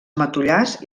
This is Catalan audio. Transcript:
matollars